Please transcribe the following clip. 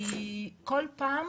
כי כל פעם